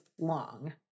long